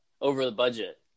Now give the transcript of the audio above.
over-the-budget